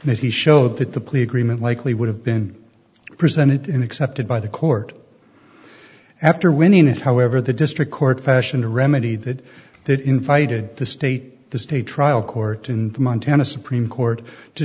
and if he showed that the plea agreement likely would have been presented and accepted by the court after winning it however the district court fashion to remedy that that invited the state the state trial court in the montana supreme court to